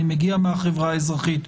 אני מגיע מהחברה האזרחית,